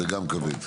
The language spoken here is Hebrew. כבד.